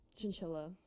chinchilla